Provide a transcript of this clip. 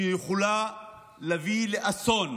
שיכולה להביא לאסון,